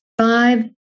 five